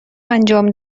انجام